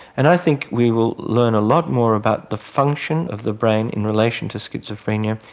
and i think we will learn a lot more about the function of the brain in relation to schizophrenia,